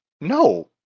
No